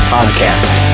Podcast